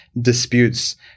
disputes